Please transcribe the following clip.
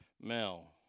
Mel